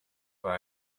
war